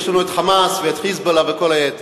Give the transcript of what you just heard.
יש לנו "חמאס" ואת "חיזבאללה" וכל היתר.